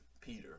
Peter